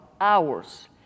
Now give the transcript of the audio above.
hours